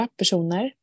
personer